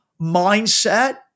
mindset